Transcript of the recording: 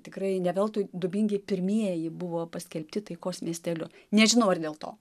tikrai ne veltui dubingiai pirmieji buvo paskelbti taikos miesteliu nežinau ar dėl to